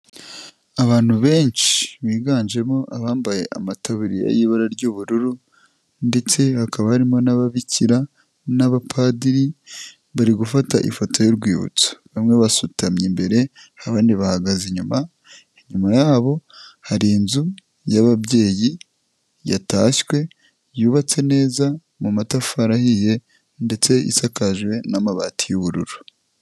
Abantu benshi biganjemo abambaye amataburiya y'ibara ry'ubururu ndetse hakaba harimo n'ababikira n'abapadiri, bari gufata ifoto y'urwibutso, bamwe basutamye imbere abandi bahagaze inyuma, inyuma yabo hari inzu y'ababyeyi yatashywe yubatse neza mu matafari ahiye ndetse isakaje n'amabati y'ubururu.